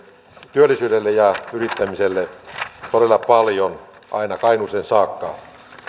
työllisyydelle ja yrittämiselle todella paljon aina kainuuseen saakka